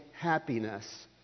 happiness